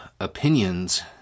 opinions